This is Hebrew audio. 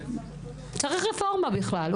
צריך רפורמה בכלל.